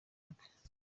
rwe